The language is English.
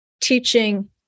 teaching